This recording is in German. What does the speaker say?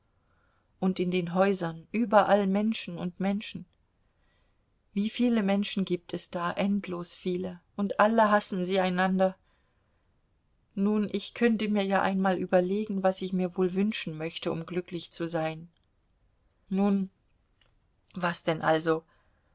und in den häusern überall menschen und menschen wie viele menschen gibt es da endlos viele und alle hassen sie einander nun ich könnte mir ja einmal überlegen was ich mir wohl wünschen möchte um glücklich zu sein nun was denn also